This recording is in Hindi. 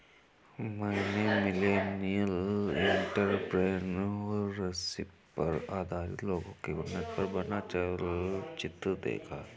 मैंने मिलेनियल एंटरप्रेन्योरशिप पर आधारित लोगो की उन्नति पर बना चलचित्र देखा